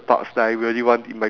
back in twenty sixteen